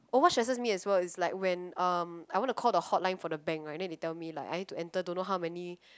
oh what stresses me as well is like when um I want to call the hotline for the bank right and they tell me like I need to enter don't know how many